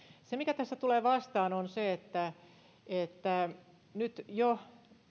se mikä tässä tulee vastaan on se että myös ravintola ala pystyy nyt jo